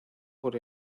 por